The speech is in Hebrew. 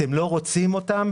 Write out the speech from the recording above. אתם לא רוצים אותם?